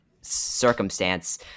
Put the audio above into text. circumstance